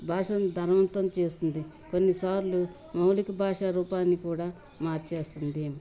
భాషను ధన్వంతం చేస్తుంది కొన్నిసార్లు మౌలిక భాష రూపాన్ని కూడా మార్చేస్తుంది ఏమి